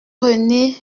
rene